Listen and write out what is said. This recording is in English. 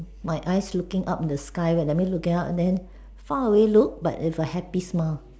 my eyes looking up the sky where I mean looking up then far away look but with a happy smile